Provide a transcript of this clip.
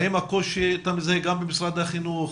האם את הקושי אתה מזהה גם במשרד החינוך?